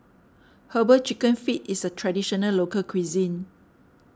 Herbal Chicken Feet is a Traditional Local Cuisine